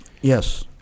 Yes